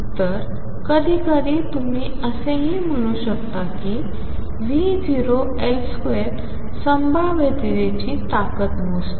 तर कधीकधी तुम्ही असेही मन्हू शकता कि V0L2 संभाव्यतेची ताकद मोजते